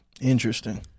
interesting